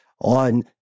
on